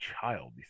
child